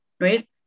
right